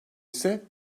ise